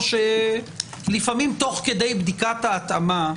או שלפעמים תוך כדי בדיקת ההתאמה,